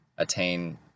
attain